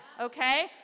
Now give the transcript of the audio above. okay